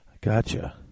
Gotcha